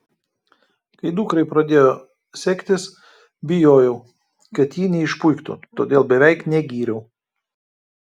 kai dukrai pradėjo sektis bijojau kad ji neišpuiktų todėl beveik negyriau